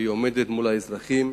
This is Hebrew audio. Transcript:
והיא עומדת מול האזרחים.